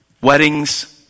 weddings